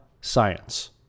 science